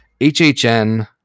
HHN